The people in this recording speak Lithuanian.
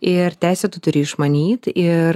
ir teisę tu turi išmanyt ir